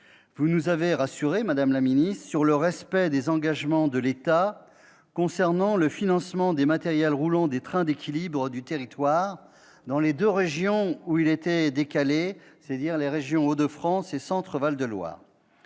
vous nous avez rassurés, madame la ministre, sur le respect des engagements de l'État concernant le financement des matériels roulants des trains d'équilibre du territoire, dans les deux régions où il était décalé, le Centre-Val de Loire et les Hauts-de-France. Je souhaiterais